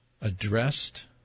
addressed